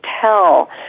tell